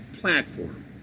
platform